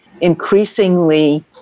increasingly